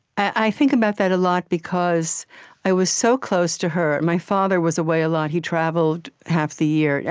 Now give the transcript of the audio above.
i think about that a lot because i was so close to her. my father was away a lot. he traveled half the year, yeah